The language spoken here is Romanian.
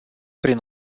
prin